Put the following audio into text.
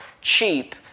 cheap